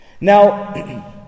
Now